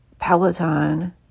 peloton